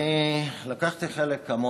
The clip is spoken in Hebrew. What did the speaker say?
אני לקחתי חלק בכנס,